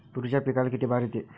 तुरीच्या पिकाले किती बार येते?